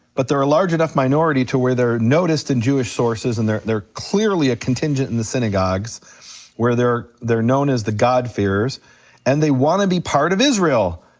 but they're a large enough minority to where they're noticed in jewish sources and they're they're clearly a contingent in the synagogues where they're they're known as the god-fearers and they wanna be part of israel.